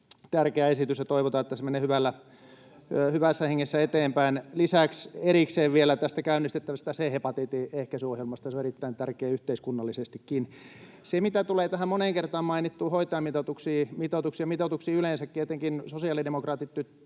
tärkeä esitys, ja toivotaan, että se menee hyvässä hengessä eteenpäin. Lisäksi erikseen vielä tästä käynnistettävästä C-hepatiitin ehkäisyohjelmasta. Se on erittäin tärkeä yhteiskunnallisestikin. Mitä tulee näihin moneen kertaan mainittuihin hoitajamitoituksiin ja mitoituksiin yleensä, tietenkin sosiaalidemokraatit